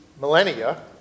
millennia